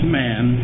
man